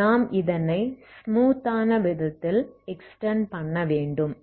நாம் இதனை ஸ்மூத் ஆன விதத்தில் எக்ஸ்டெண்ட் பண்ண வேண்டும்